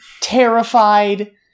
terrified